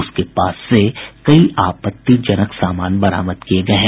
उसके पास से कई आपत्तिजनक सामान बरामद किये गये हैं